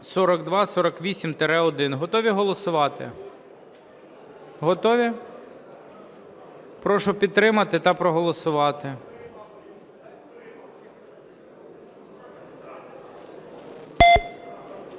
4248-1). Готові голосувати? Готові? Прошу підтримати та проголосувати.